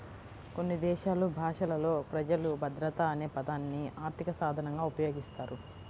కొన్ని దేశాలు భాషలలో ప్రజలు భద్రత అనే పదాన్ని ఆర్థిక సాధనంగా ఉపయోగిస్తారు